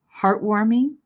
heartwarming